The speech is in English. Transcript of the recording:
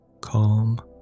Calm